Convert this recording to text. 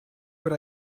what